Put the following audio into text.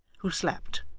who slept,